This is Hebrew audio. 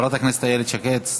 חברת הכנסת איילת שקד,